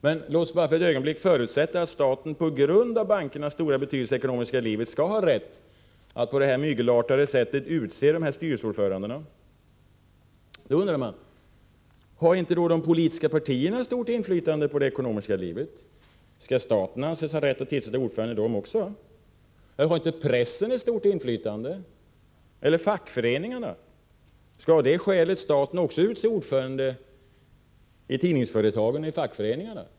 Men låt oss ett ögonblick godta att staten på grund av bankernas stora betydelse i det ekonomiska livet skall ha rätt att på detta mygelartade sätt utse dessas styrelseordföranden. Har då inte de politiska partierna stort inflytande på det ekonomiska livet? Eller pressen? Och facket? Skall av det skälet staten utse ordförandena i tidningsföretagen och i fackföreningarna?